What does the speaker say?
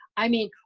i mean,